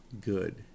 good